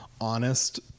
honest